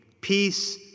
peace